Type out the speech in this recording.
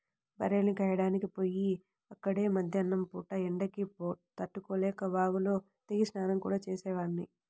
బర్రెల్ని కాయడానికి పొయ్యి అక్కడే మద్దేన్నం పూట ఎండకి తట్టుకోలేక వాగులో దిగి స్నానం గూడా చేసేవాడ్ని